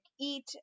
eat